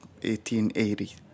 1880